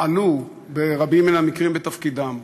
מעלו ברבים מן המקרים בתפקידן,